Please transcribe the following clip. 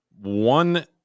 one